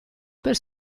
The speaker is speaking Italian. per